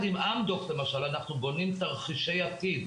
יחד עם אמדוקס, למשל, אנחנו בונים תרחישי עתיד